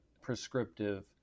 prescriptive